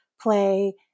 play